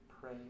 pray